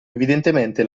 evidentemente